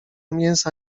mięsa